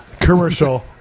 commercial